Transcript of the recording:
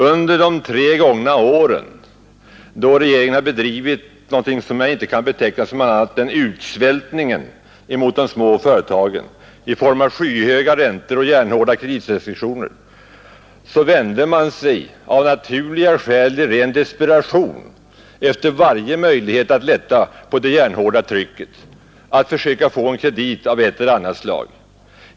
Under de tre gångna åren — då regeringen har bedrivit någonting som jag inte kan beteckna annat än som utsvältning av de små företagen i form av skyhöga räntor och järnhårda kreditrestriktioner — prövade de mindre företagen av naturliga skäl i ren desperation varje möjlighet att lätta på det järnhårda trycket, att försöka få en kredit av ett eller annat slag.